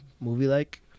movie-like